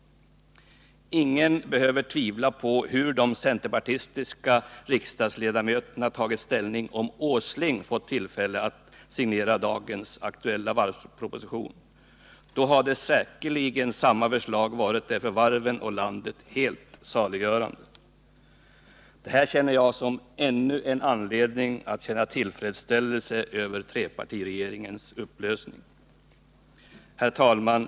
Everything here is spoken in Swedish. Ingen behöver tvivla på hur de centerpartistiska riksdagsledamöterna hade tagit ställning om herr Åsling fått tillfälle att signera den aktuella varvspropositionen. Då hade säkerligen samma förslag varit det för varven och landet helt saliggörande. Det här finner jag vara ännu en anledning att känna tillfredsställelse över trepartiregeringens upplösning. Herr talman!